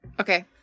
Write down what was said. Okay